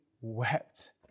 wept